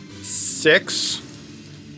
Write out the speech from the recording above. six